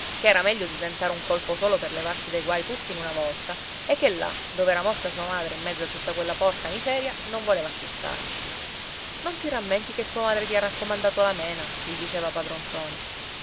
che era meglio di tentare un colpo solo per levarsi dai guai tutti in una volta e che là dov'era morta sua madre in mezzo a tutta quella porca miseria non voleva più starci non ti rammenti che tua madre ti ha raccomandato la mena gli diceva padron ntoni